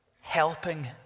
helping